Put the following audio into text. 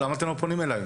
למה אתם לא פונים אליי?